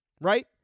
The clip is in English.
Right